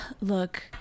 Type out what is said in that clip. Look